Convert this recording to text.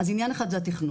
אז עניין אחד זה התכנון,